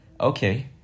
okay